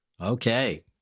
Okay